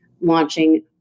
launching